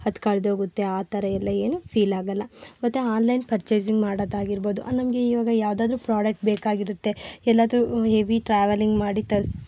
ಅದು ಕಳ್ದೋಗುತ್ತೆ ಆ ಥರ ಎಲ್ಲ ಏನು ಫೀಲಾಗಲ್ಲ ಮತ್ತೆ ಆನ್ಲೈನ್ ಪರ್ಚೆಸಿಂಗ್ ಮಾಡೋದು ಆಗಿರ್ಬೋದು ಅದು ನಮಗೆ ಈವಾಗ ಯಾವುದಾದ್ರು ಪ್ರಾಡಕ್ಟ್ ಬೇಕಾಗಿರುತ್ತೆ ಎಲ್ಲಾದರೂ ಹೆವಿ ಟ್ರಾವೆಲ್ಲಿಂಗ್ ಮಾಡಿ ತರಿಸಿ